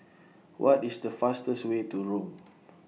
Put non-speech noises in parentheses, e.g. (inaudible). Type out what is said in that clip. What IS The fastest Way to Rome (noise)